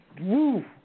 woo